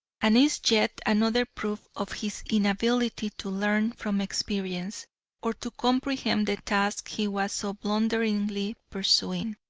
and is yet another proof of his inability to learn from experience or to comprehend the task he was so blunderingly pursuing.